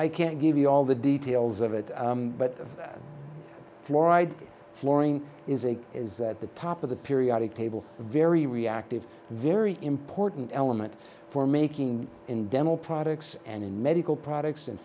i can't give you all the details of it but fluoride flooring is a is at the top of the periodic table very reactive very important element for making in dental products and in medical products and